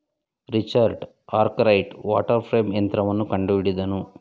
Richard Arkwright water frame ಯಂತ್ರವನ್ನು ಕಂಡುಹಿಡಿದನು